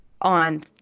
on